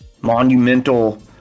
monumental